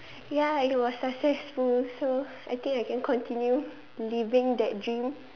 ya it was successful so I think I can continue living that dream